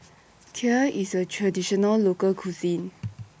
Kheer IS A Traditional Local Cuisine